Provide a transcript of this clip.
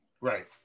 right